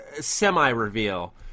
semi-reveal